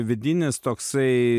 vidinis toksai